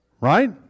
Right